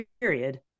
period